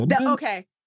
Okay